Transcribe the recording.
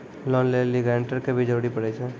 Loan लै लेली guarantor के भी जरूरी पड़ै छै?